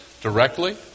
directly